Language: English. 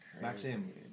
Maxim